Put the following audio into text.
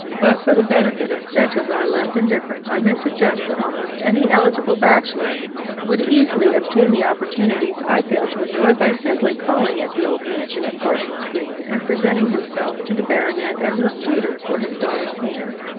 but for the benefit of such as are less indifferent, i may suggest that almost any eligible bachelor would easily obtain the opportunities i failed to enjoy by simply calling at the old mansion at parson's green, and presenting himself to the baronet as a suitor for his daughter's hand.